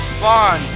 fun